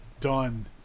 Done